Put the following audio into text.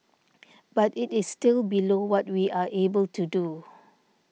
but it is still below what we are able to do